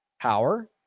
Power